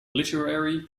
literary